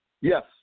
Yes